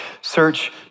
Search